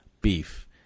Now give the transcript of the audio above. beef